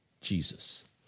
Jesus